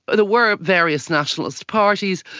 but were various nationalist parties,